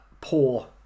poor